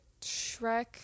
Shrek